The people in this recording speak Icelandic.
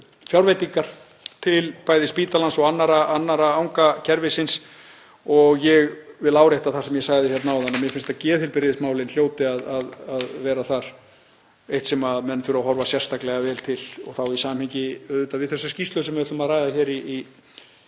fjárveitingar til bæði spítalans og annarra anga kerfisins. Ég vil árétta það sem ég sagði áðan, mér finnst að geðheilbrigðismálin hljóti að vera eitt það sem menn þurfa að horfa sérstaklega vel til og þá í samhengi við þessa skýrslu sem við ætlum að ræða í